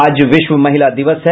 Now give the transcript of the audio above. आज विश्व महिला दिवस है